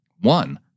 One